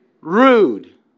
rude